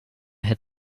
had